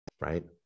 right